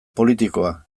politikoa